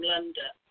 London